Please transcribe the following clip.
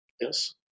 yes